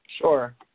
Sure